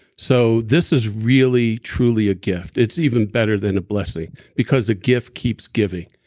so this is really, truly a gift. it's even better than a blessing because a gift keeps giving.